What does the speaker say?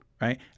Right